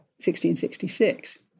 1666